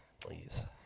please